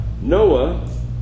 Noah